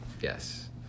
Yes